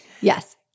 yes